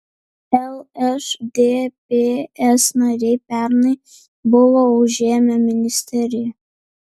lšdps nariai pernai buvo užėmę ministeriją